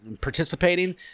participating